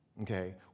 Okay